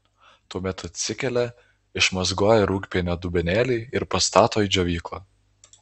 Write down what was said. tuomet atsikelia išmazgoja rūgpienio dubenėlį ir pastato į džiovyklą